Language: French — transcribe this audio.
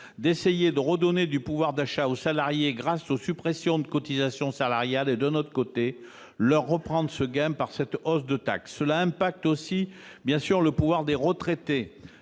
d'essayer de redonner du pouvoir d'achat aux salariés grâce aux suppressions de cotisations salariales et, d'un autre côté, de leur reprendre ce gain par cette hausse de taxes. Cela touche aussi, bien sûr, le pouvoir d'achat des retraités,